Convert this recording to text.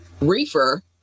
reefer